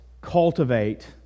cultivate